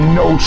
no